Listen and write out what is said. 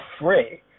free